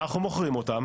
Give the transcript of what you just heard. אנחנו מוכרים אותן,